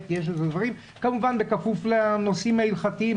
--- כמובן בכפוף לנושאים ההלכתיים.